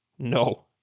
No